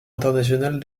international